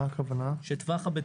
מה הכוונה?